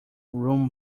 room